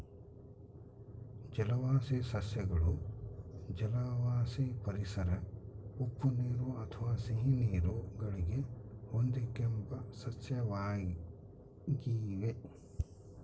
ಜಲವಾಸಿ ಸಸ್ಯಗಳು ಜಲವಾಸಿ ಪರಿಸರ ಉಪ್ಪುನೀರು ಅಥವಾ ಸಿಹಿನೀರು ಗಳಿಗೆ ಹೊಂದಿಕೆಂಬ ಸಸ್ಯವಾಗಿವೆ